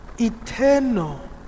eternal